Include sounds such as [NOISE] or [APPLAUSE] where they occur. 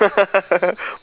[LAUGHS]